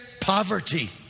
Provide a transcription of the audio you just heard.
Poverty